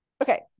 Okay